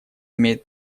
имеет